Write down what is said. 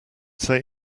say